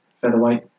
featherweight